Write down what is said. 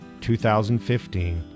2015